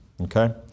okay